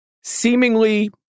seemingly